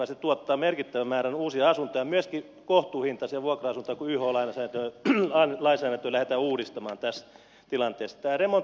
se tuottaa merkittävän määrän uusia asuntoja myöskin kohtuuhintaisia vuokra asuntoja kun yh lainsäädäntöä lähdetään uudistamaan tässä tilanteessa